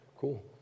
cool